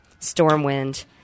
Stormwind